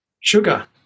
Sugar